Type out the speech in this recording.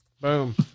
boom